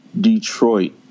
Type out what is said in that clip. Detroit